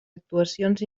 actuacions